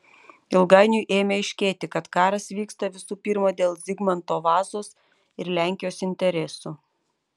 ilgainiui ėmė aiškėti kad karas vyksta visų pirma dėl zigmanto vazos ir lenkijos interesų